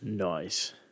Nice